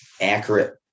accurate